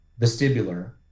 vestibular